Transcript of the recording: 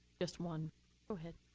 just one. go ahead.